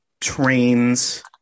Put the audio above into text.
trains